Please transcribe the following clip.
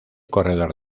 corredor